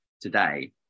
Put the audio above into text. today